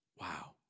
Wow